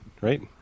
Right